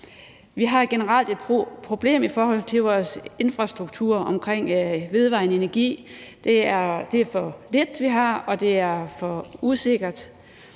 Vi har generelt et problem i forhold til vores infrastruktur omkring vedvarende energi. Det er for lidt, vi har, og det er for usikkert,